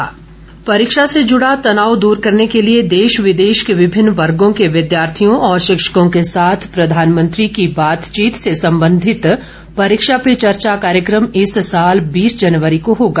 प्रधानमंत्री परीक्षा पे चर्चा परीक्षा से जुड़ा तनाव दूर करने के लिए देश विदेश के विभिन्न वर्गो के विद्यार्थियों और शिक्षकों के साथ प्रधानमंत्री की बातचीत से संबंधित परीक्षा पे चर्चा कार्यक्रम इस साल बीस जनवरी को होगा